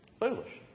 Foolish